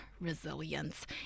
resilience